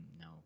No